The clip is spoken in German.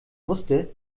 wusste